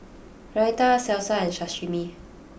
Raita Salsa and Sashimi